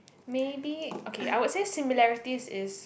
maybe okay I would say similarities is